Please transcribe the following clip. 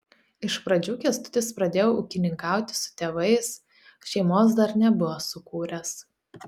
iš pradžių kęstutis pradėjo ūkininkauti su tėvais šeimos dar nebuvo sukūręs